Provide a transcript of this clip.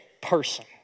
person